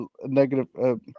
negative